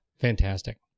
fantastic